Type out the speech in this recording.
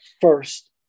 first